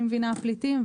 אני מבינה הפליטים,